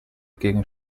gegen